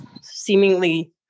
seemingly